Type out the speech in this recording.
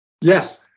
yes